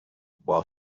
while